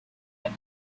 only